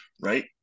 right